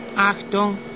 Achtung